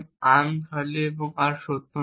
arm খালি আর সত্য নয়